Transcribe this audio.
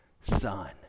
son